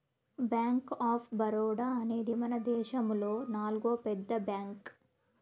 bank of Baroda అనేది మనదేశములో నాల్గో పెద్ద బ్యాంక్